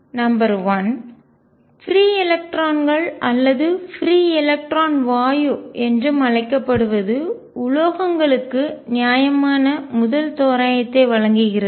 number 1 free electron அல்லது free electron வாயு என்றும் அழைக்கப்படுவது உலோகங்களுக்கு நியாயமான முதல் தோராயத்தை வழங்குகிறது